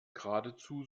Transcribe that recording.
geradezu